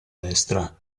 destra